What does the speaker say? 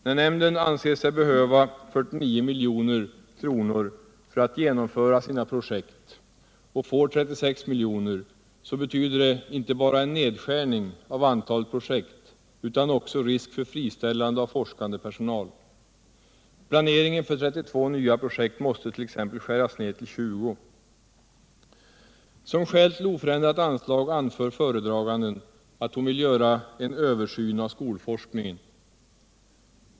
När nämnden anser sig behöva 49 miljoner för att genomföra sina projekt och får 36 miljoner så betyder det inte bara en nedskärning av antalet projekt utan också risk för friställande av forskande personal. Planeringen för 32 nya projekt måste t.ex. skäras ned till 20. Som skäl till oförändrat anslag anför föredraganden att hon vill göra en översyn av skolforskningen.